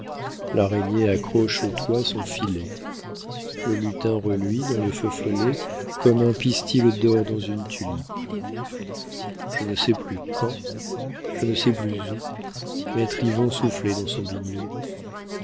l'araignée accroche au toit son filet le lutin reluit dans le feu follet comme un pistil d'or dans une tulipe je ne sais plus quand je ne sais plus où maître yvon soufflait dans son biniou